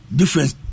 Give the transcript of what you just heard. difference